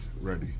ready